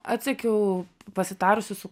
atsekiau pasitarusi su